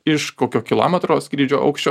iš kokio kilometro skrydžio aukščio